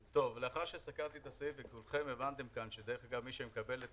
לאחר שסקרתי את הסעיף וכולכם הבנתם כאן שגם מי שמקבל את